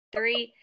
Three